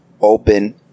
Open